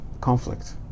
conflict